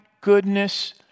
goodness